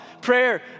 prayer